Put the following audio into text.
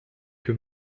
que